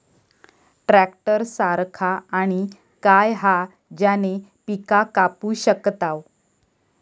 Tractor सारखा आणि काय हा ज्याने पीका कापू शकताव?